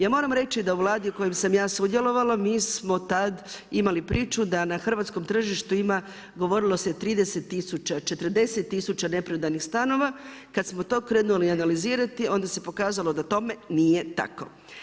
Ja moram reći da u Vladi u kojoj sam ja sudjelovala, mi smo tad imali priču da na hrvatskom tržištu ima, govorilo se, 30000, 40000 neprodanih stanova, kad smo to krenuli analizirati, onda se pokazalo da tome nije tako.